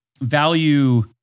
value